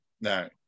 No